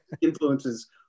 influences